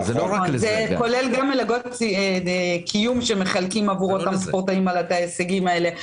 כולל מלגות קיום שמחלקים עבור הספורטאים עבור ההישגים האלה.